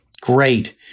Great